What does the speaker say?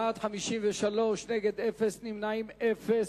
בעד, 53, נגד, אין, נמנעים, אין.